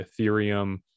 ethereum